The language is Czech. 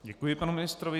Děkuji panu ministrovi.